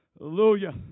Hallelujah